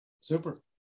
Super